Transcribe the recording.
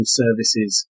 services